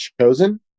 Chosen